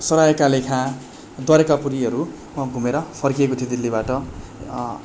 सरायका लेखा द्वारका पुरीहरू म घुमेर फर्किएको थिएँ दिल्लीबाट